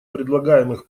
предлагаемых